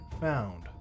found